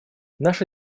наша